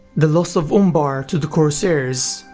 the loss of umbar to the corsairs,